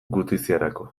gutiziarako